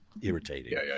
irritating